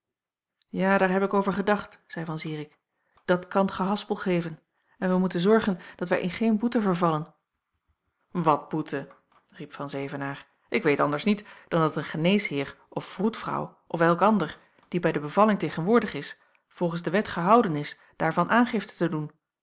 ja daar heb ik over gedacht zeî van zirik dat kan gehaspel geven en wij moeten zorgen dat wij in geen boete vervallen wat boete riep van zevenaer ik weet anders niet dan dat een geneesheer of vroedvrouw of elk ander die bij de bevalling tegenwoordig is volgens de wet gehouden is daarvan aangifte te doen